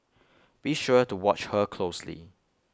be sure to watch her closely